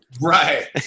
Right